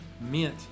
mint